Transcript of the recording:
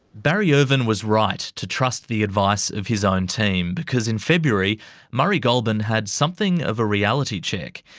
barry irvin was right to trust the advice of his own team, because in february murray goulburn had something of a reality check.